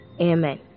Amen